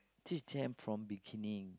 teach them from beginning